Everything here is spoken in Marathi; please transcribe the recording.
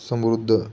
समुद्र